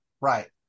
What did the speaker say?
right